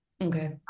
Okay